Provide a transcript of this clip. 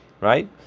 Right